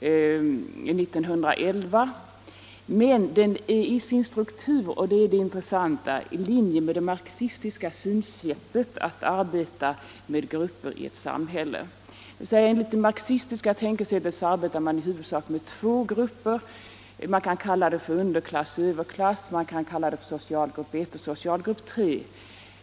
enligt ett system från 1911, men den är i sin struktur — och det är det intressanta — i linje med det marxistiska synsättet, enligt vilket man i huvudsak indelar samhället i två grupper. Man kan kalla dessa grupper för underklass och överklass, man kan kalla dem för socialgrupp 1 och socialgrupp 3.